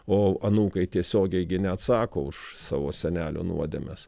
o anūkai tiesiogiai gi neatsako už savo senelio nuodėmes